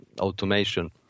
automation